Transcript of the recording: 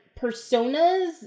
personas